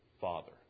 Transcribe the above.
father